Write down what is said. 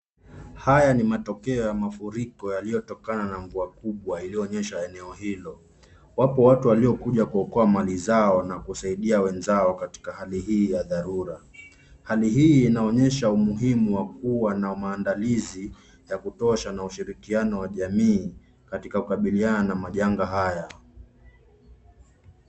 Haya ni matokeo ya mafuriko yaliyotokana na mvua kubwa iliyonyesha eneo hilo. Wapo watu waliokuja kuokoa mali zao na kusaidia wenzao katika hali hii ya dharura. Hali hii inaonyesha umuhimu wa kuwa na maandalizi ya kutosha na ushirikiano wa jamii, katika kukabiliana na majanga haya.